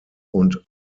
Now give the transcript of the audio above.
und